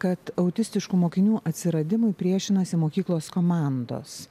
kad autistiškų mokinių atsiradimui priešinasi mokyklos komandos